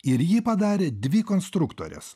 ir jį padarė dvi konstruktorės